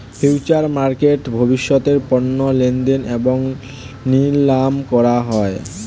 future মার্কেটে ভবিষ্যতের পণ্য লেনদেন এবং নিলাম করা হয়